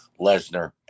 lesnar